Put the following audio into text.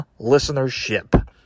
listenership